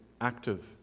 active